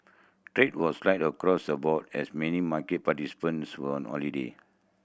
trade was light across the board as many market participants were on holiday